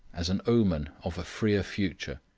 as an omen of a freer future.